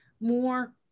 more